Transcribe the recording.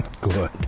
Good